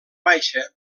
baixa